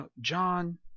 John